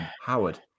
Howard